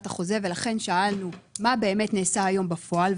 החוזה ולכן שאלנו מה באמת נעשה היום בפועל,